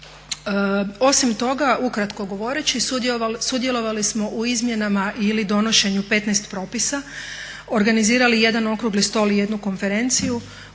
Osim toga ukratko govoreći sudjelovali smo u izmjenama ili donošenju 15 propisa, organizirali jedan okrugli stol i jednu konferenciju,